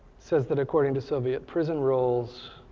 says that according to soviet prison rules,